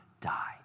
die